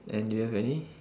and do you have any